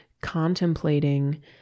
contemplating